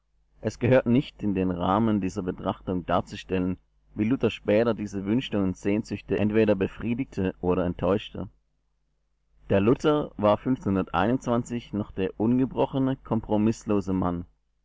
es gehört nicht in den rahmen dieser betrachtung darzustellen wie luther später diese wünsche und sehnsüchte entweder befriedigte oder enttäuschte der luther war noch der ungebrochene kompromißlose mann